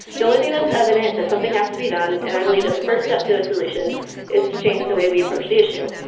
the only thing that is evident that something has to be done and i believe that the first step to a solution is to change the way we approach the issue,